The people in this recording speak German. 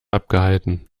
abgehalten